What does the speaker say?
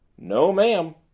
no, ma'am.